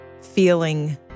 feeling